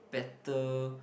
better